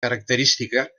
característica